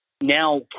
now